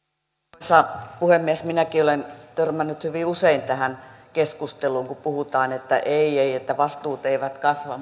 arvoisa puhemies minäkin olen törmännyt hyvin usein tähän keskusteluun kun puhutaan että ei ei vastuut eivät kasva